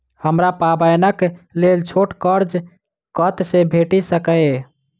हमरा पाबैनक लेल छोट कर्ज कतऽ सँ भेटि सकैये?